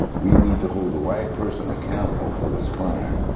we need to hold the right person accountable for this crime.